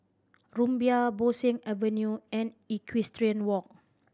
Rumbia Bo Seng Avenue and Equestrian Walk